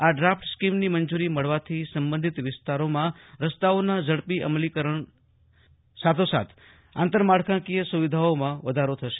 આ ડ્રાફટ સ્કીમની મંજૂરી મળવાથી સબંધિત વિસ્તારોમાં રસ્તાઓના ઝડપી અમલીકરણ સાથોસાથ આંતરમાળખાકીય સુવિધાઓમાં વધારો થશે